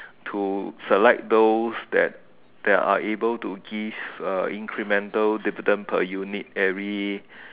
to select those that there are able to give uh incremental dividend per unit every